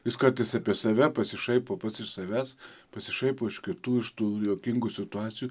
jis kartais apie save pasišaipo pats iš savęs pasišaipo iš kitų iš tų juokingų situacijų